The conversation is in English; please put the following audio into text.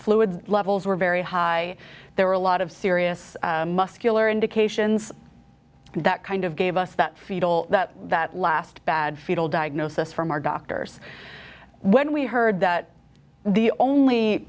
fluid levels were very high there were a lot of serious muscular indications that kind of gave us that fetal that last bad fetal diagnosis from our doctors when we heard that the only